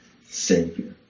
Savior